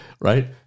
Right